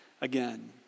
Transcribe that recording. again